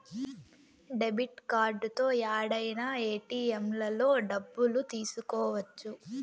debit కార్డుతో యాడైనా ఏటిఎంలలో డబ్బులు తీసుకోవచ్చు